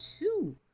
two